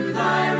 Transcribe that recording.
thy